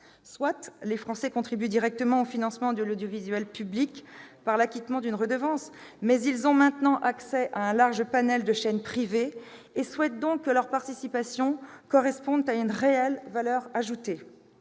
Soit, les Français contribuent directement au financement de l'audiovisuel public par l'acquittement d'une redevance, mais ils ont maintenant accès à un large panel de chaînes privées et souhaitent donc que leur participation corresponde à une réelle valeur ajoutée.